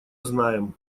знаем